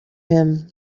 him